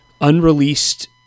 unreleased